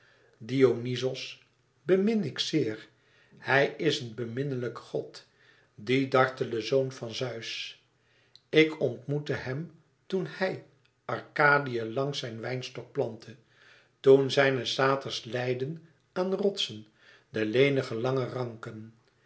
dionyzos bemin ik zeer hij is een beminnelijke god die dartele zoon van zeus ik ontmoette hem toen hij arkadië langs zijn wijnstok plantte toen zijne saters leidden aan rotsen de lenige lange ranken